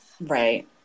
Right